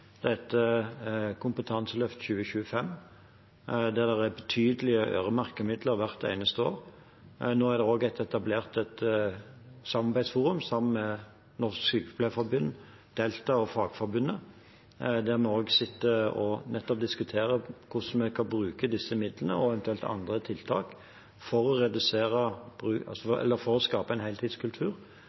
Kompetanseløft 2025 er det betydelige øremerkede midler hvert eneste år. Nå er det også etablert et samarbeidsforum sammen med Norsk Sykepleierforbund, Delta og Fagforbundet, der vi også sitter og diskuterer nettopp hvordan vi skal bruke disse midlene og eventuelt andre tiltak for å skape en heltidskultur, redusere bruken av deltid, redusere vikarbruken og øke bemanningen i tjenesten. For